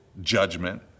judgment